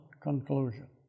conclusion